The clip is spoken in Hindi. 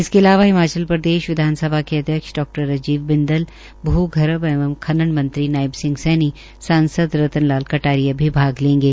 इसके अलावा हिमाचल प्रदेश विधानसभा के अध्यक्ष डा राजीव बिन्दल भूगर्भ एवं खान मंत्री नायब सिंह सद्वी सांसद रतन लाल कटारिया भी लेंगे